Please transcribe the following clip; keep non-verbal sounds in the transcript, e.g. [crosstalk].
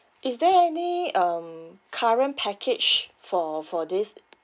[breath] is there any um current package for for this [breath]